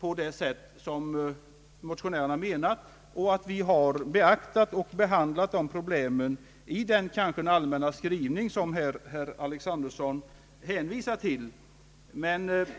på det sätt som motionärerna menat och att vi har beaktat och behandlat problemet i den allmänna skrivning som herr Alexanderson hänvisade till.